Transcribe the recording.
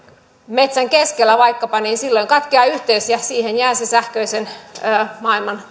metsän keskellä niin silloin katkeaa yhteys ja siihen jää se sähköisen maailman